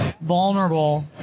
vulnerable